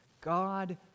God